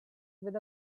with